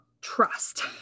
trust